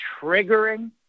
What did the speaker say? triggering